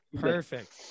perfect